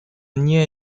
nie